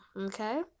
okay